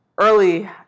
early